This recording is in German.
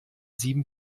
sieben